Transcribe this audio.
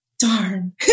darn